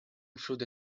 through